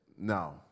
no